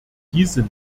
diese